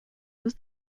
was